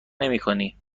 نمیکنی